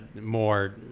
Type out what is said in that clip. more